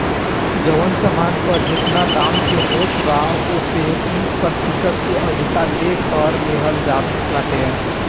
जवन सामान पअ जेतना दाम के होत बा ओपे बीस प्रतिशत से अधिका ले कर लेहल जात बाटे